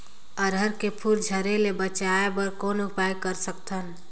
अरहर के फूल झरे ले बचाय बर कौन उपाय कर सकथव?